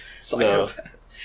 psychopaths